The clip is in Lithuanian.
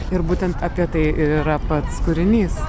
ir būtent apie tai ir yra pats kūrinys